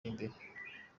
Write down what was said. imbere